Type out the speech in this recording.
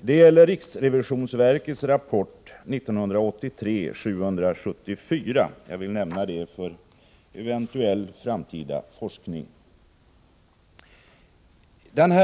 Det rör sig om riksrevisionsverkets rapport 1983:774-— jag vill nämna detta för eventuell framtida forskning.